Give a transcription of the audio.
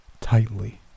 tightly